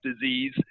disease